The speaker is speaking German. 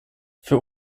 für